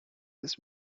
this